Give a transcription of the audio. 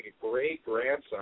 great-grandson